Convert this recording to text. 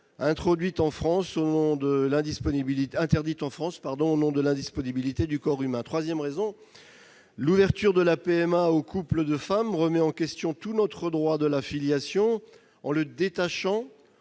interdite en France au nom de l'indisponibilité du corps humain. Troisièmement, l'ouverture de la PMA aux couples de femmes remet en question tout notre droit de la filiation, en le détachant